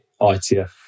ITF